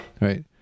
right